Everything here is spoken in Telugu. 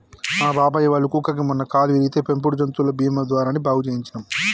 మా బాబాయ్ వాళ్ళ కుక్కకి మొన్న కాలు విరిగితే పెంపుడు జంతువుల బీమా ద్వారానే బాగు చేయించనం